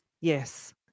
Yes